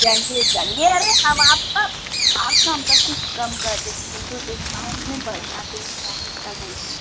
जाइए चलिए अरे हम आपका आपका हम सब कुछ कम कर देंगे बिल्कुल डिस्काउंट में बढ़िया देंगे आप उसका टेंसन मत